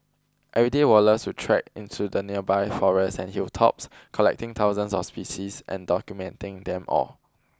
every day Wallace would trek into the nearby forests and hilltops collecting thousands of species and documenting them all